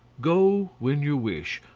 go when you wish,